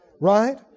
right